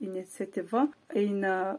iniciatyva eina